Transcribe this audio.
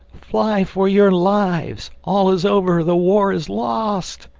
fly for your lives all is over the war is lost!